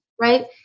right